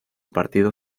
partido